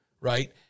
right